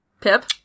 Pip